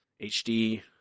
HD